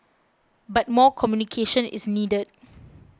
but more communication is needed